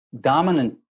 dominant